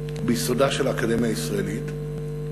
ביסודה של האקדמיה הישראלית.